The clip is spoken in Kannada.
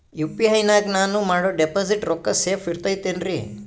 ಯು.ಪಿ.ಐ ನಾಗ ನಾನು ಮಾಡೋ ಡಿಪಾಸಿಟ್ ರೊಕ್ಕ ಸೇಫ್ ಇರುತೈತೇನ್ರಿ?